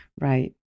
Right